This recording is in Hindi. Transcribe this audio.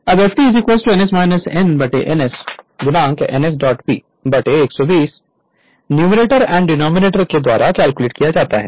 अब F2 ns nns nsP 120 numerator and denominator के द्वारा कैलकुलेट किया जाता है